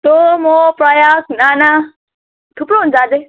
तँ म प्रयास राणा थुप्रो हुन्छ अझै